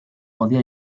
podía